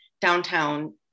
downtown